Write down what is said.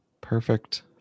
Perfect